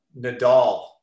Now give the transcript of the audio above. Nadal